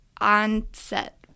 onset